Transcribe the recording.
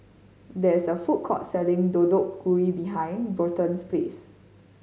there is a food court selling Deodeok Gui behind Bryton's place